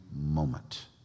moment